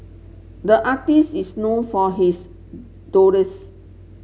the artist is known for his